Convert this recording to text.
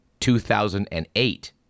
2008